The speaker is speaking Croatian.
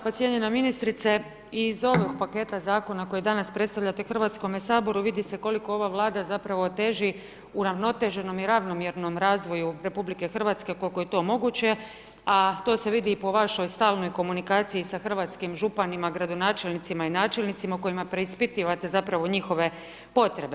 Pa cijenjena ministrice, iz ovog paketa Zakona koji danas predstavljate HS-u vidi se koliko ova Vlada zapravo teži uravnoteženom i ravnomjernom razvoju RH koliko je to moguće, a to se vidi i po vašoj stalnoj komunikaciji sa hrvatskim županima, gradonačelnicima i načelnicima u kojima preispitivate zapravo njihove potrebe.